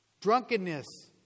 drunkenness